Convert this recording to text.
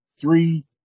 Three